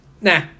Nah